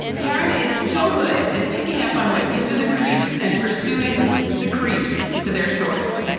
karen is so good at picking up on what gives her the creeps and pursuing the creeps to their source.